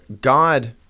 God